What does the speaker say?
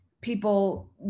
people